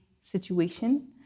situation